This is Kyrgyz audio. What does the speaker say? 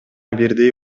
бирдей